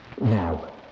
Now